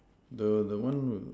the the one with